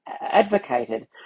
advocated